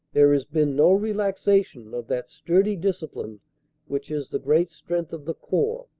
there has been no relaxation of that sturdy discipline which is the great strength of the corps,